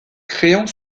créant